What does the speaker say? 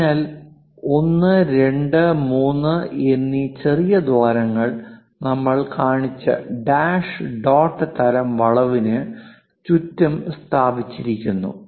അതിനാൽ 1 2 3 എന്നീ ചെറിയ ദ്വാരങ്ങൾ നമ്മൾ കാണിച്ച ഡാഷ് ഡോട്ട് തരം വളവിന് ചുറ്റും സ്ഥാപിച്ചിരിക്കുന്നു